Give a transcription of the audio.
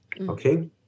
okay